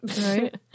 Right